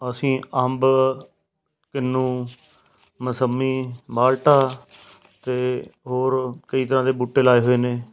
ਅਸੀਂ ਅੰਬ ਕੀਨੂੰ ਮਸੰਮੀ ਮਾਲਟਾ ਅਤੇ ਹੋਰ ਕਈ ਤਰ੍ਹਾਂ ਦੇ ਬੂਟੇ ਲਗਾਏ ਹੋਏ ਨੇ